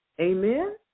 Amen